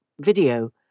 video